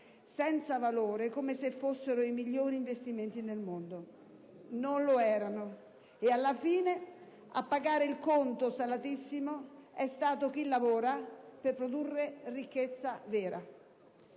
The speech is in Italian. senza valore come se fossero i migliori investimenti del mondo. Non lo erano e, alla fine, a pagare il conto salatissimo è stato chi lavora per produrre ricchezza vera.